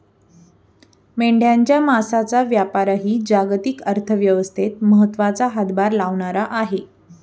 मेंढ्यांच्या मांसाचा व्यापारही जागतिक अर्थव्यवस्थेत महत्त्वाचा हातभार लावणारा आहे